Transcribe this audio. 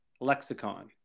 lexicon